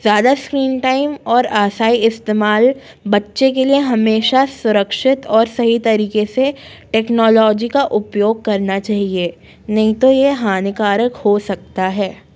ज़्यादा सही टाइम और आशाई इस्तेमाल बच्चे के लिए हमेशा सुरक्षित और सही तरीके से टेक्नोलॉजी का उपयोग करना चाहिए नहीं तो यह हानिकारक हो सकता है